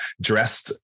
dressed